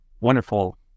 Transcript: wonderful